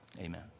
Amen